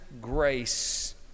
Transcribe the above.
grace